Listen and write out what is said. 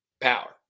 Power